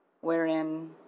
Wherein